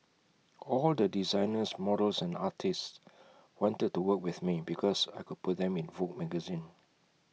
all the designers models and artists wanted to work with me because I could put them in Vogue magazine